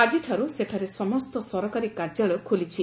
ଆଜିଠାର୍ଚ୍ଚ ସେଠାରେ ସମସ୍ତ ସରକାରୀ କାର୍ଯ୍ୟାଳୟ ଖୋଲିଛି